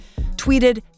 tweeted